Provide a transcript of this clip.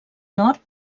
nord